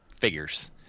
figures